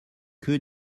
que